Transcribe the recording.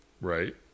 Right